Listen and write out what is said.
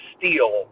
Steel